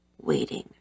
waiting